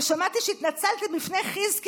ושמעתי שהתנצלתם בפני חזקי,